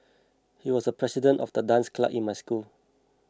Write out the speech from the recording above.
he was the president of the dance club in my school